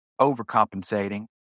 overcompensating